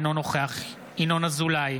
אינו נוכח ינון אזולאי,